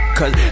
Cause